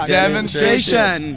Demonstration